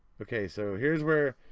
okay, so here's where.